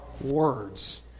words